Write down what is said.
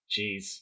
jeez